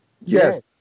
Yes